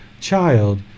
child